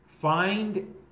find